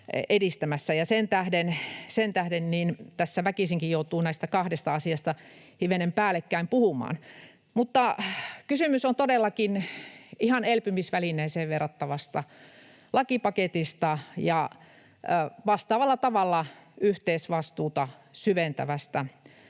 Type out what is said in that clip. Sen tähden tässä väkisinkin joutuu näistä kahdesta asiasta hivenen päällekkäin puhumaan. Mutta kysymys on todellakin ihan elpymisvälineeseen verrattavasta lakipaketista ja vastaavalla tavalla yhteisvastuuta syventävästä